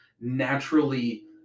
naturally